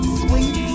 sweet